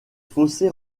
fossés